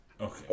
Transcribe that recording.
okay